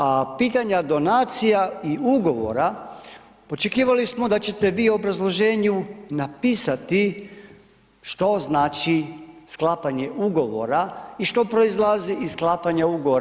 A pitanja donacija i ugovora očekivali smo da ćete vi u obrazloženju napisati što znači sklapanje ugovora i što proizlazi iz sklapanja ugovora.